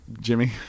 Jimmy